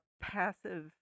passive